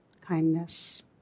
kindness